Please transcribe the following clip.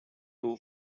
two